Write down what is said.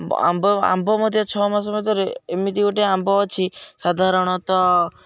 ଆମ୍ବ ଆମ୍ବ ମଧ୍ୟ ଛଅ ମାସ ଭିତରେ ଏମିତି ଗୋଟେ ଆମ୍ବ ଅଛି ସାଧାରଣତଃ